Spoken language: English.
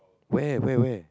where where where